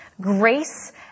grace